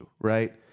right